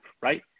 Right